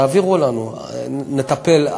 תעבירו לנו, נטפל.